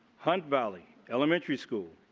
hunt valley elementary school,